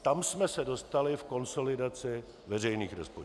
Tam jsme se dostali v konsolidaci veřejných rozpočtů.